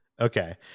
Okay